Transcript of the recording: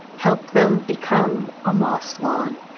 help them become a moss lawn.